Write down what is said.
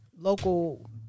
local